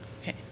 Okay